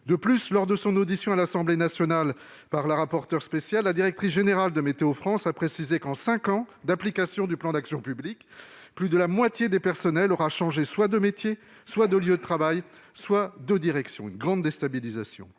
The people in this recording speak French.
De plus, lors de son audition à l'Assemblée nationale par la rapporteure spéciale, la directrice générale de Météo-France a précisé que, en cinq ans d'application du plan Action publique 2022, plus de la moitié des personnels aura changé soit de métier, soit de lieu de travail, soit de direction. De cela résultera une grande déstabilisation.